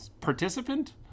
participant